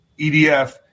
EDF